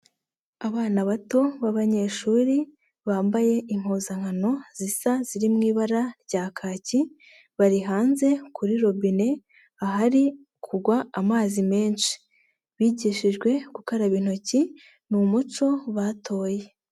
Abana bato b'abanyeshuri, bambaye impuzankano zisa ziri mu ibara rya kaki, bari hanze kuri robine, ahari kugwa amazi menshi, bigishijwe gukaraba intoki, ni umuco batoye.